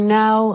now